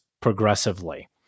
progressively